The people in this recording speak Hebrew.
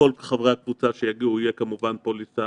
לכל חברי הקבוצה שיגיעו תהיה כמובן פוליסה